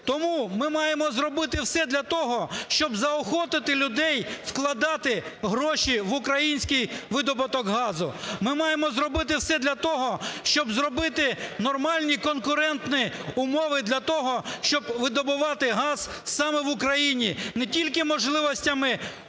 Тому ми маємо зробити все для того, щоб заохотити людей вкладати гроші в український видобуток газу. Ми маємо зробити все для того, щоб зробити нормальні конкурентні умови для того, щоб видобувати газ саме в Україні не тільки можливостями